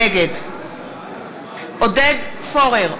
נגד עודד פורר,